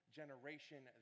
generation